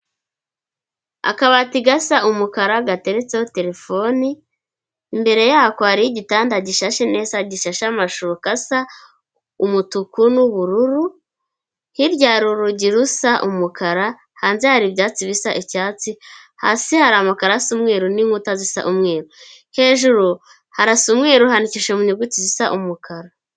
Akabati gasa umukara gateretseho terefoni imbere yako hari igitanda gishashe neza. Gishashe amashuka asa umutuku n'ubururu hirya hari urugi rusa umukara hanze hari ibyatsi bisa icyatsi hasi hari amakaro asa umweru n'inkuta zisa umweru hejuru harasa umweru handikishije mu nyuguti zisa umukara.